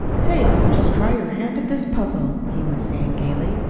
say, just try your hand at this puzzle, he was saying gayly.